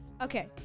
Okay